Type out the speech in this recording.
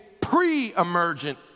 pre-emergent